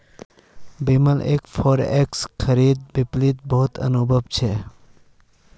बिमलक फॉरेक्स खरीद बिक्रीत बहुत अनुभव छेक